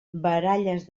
baralles